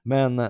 Men